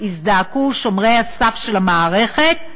הזדעקו שומרי הסף של המערכת,